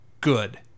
good